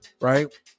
right